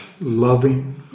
loving